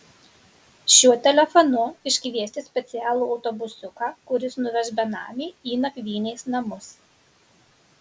šiuo telefonu iškviesti specialų autobusiuką kuris nuveš benamį į nakvynės namus